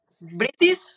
British